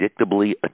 predictably